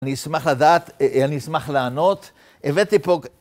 אני אשמח לדעת, אני אשמח לענות, הבאתי פה...